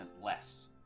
less